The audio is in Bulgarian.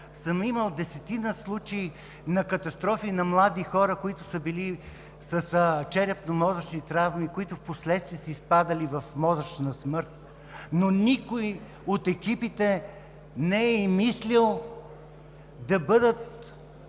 съм имал десетина случаи на катастрофи на млади хора, които са били с черепно-мозъчни травми, впоследствие изпадали в черепно-мозъчна смърт, но никой от екипите не е и мислил да бъдат